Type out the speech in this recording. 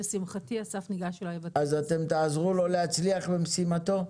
לשמחתי אסף ניגש אליי --- אז אתם תעזרו לו להצליח במשימתו?